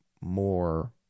more